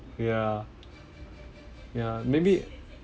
yeah yeah maybe